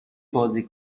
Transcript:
بازی